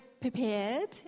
prepared